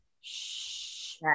Shh